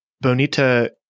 Bonita